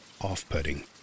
off-putting